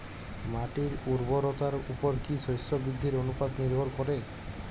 মাটির উর্বরতার উপর কী শস্য বৃদ্ধির অনুপাত নির্ভর করে?